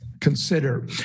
consider